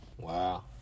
Wow